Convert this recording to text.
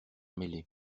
mêler